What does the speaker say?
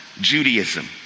Judaism